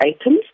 items